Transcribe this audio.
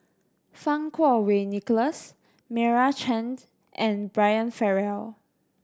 Fang Kuo Wei Nicholas Meira Chand and Brian Farrell